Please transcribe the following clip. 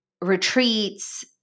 retreats